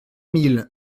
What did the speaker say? mille